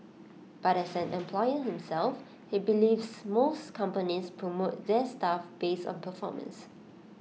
but as an employer himself he believes most companies promote their staff based on performance